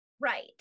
Right